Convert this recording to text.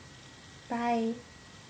bye